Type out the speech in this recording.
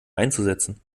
einzusetzen